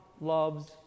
loves